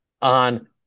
On